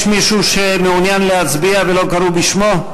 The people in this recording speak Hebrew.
יש מישהו שמעוניין להצביע ולא קראו בשמו?